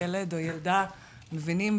ילד או ילדה מבינים,